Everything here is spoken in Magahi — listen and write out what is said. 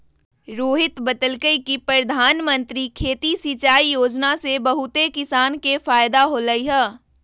रोहित बतलकई कि परधानमंत्री खेती सिंचाई योजना से बहुते किसान के फायदा होलई ह